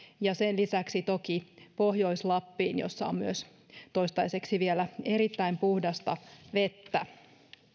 ja sen lisäksi toki pohjois lappiin jossa on myös toistaiseksi vielä erittäin puhdasta vettä